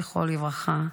זכרו לברכה,